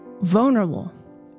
vulnerable